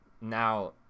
now